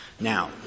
Now